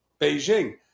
Beijing